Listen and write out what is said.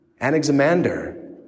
Anaximander